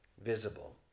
visible